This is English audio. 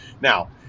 now